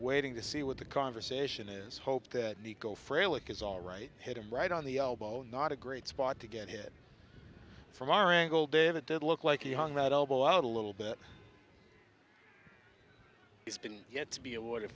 waiting to see what the conversation is hope that nico frail it is all right hit him right on the elbow not a great spot to get it from our angle dave it did look like he hung out elbow out a little bit he's been yet to be awar